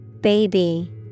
Baby